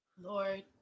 Lord